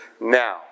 now